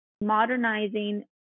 modernizing